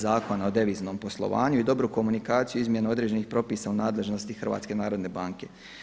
Zakona o deviznom poslovanju i dobru komunikaciju, izmjenu određenih propisa u nadležnosti Hrvatske narodne banke.